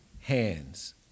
hands